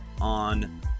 on